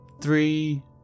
three